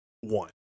one